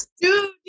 Dude